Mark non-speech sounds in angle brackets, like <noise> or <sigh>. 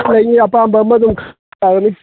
ꯂꯩꯅꯤ ꯑꯄꯥꯝꯕ ꯑꯃ ꯑꯗꯨꯝ <unintelligible> ꯌꯥꯒꯅꯤ